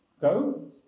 go